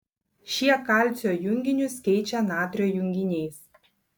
šie kalcio junginius keičia natrio junginiais